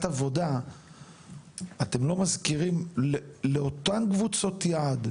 עבודה אתם לא מזכירים לאותן קבוצות יעד,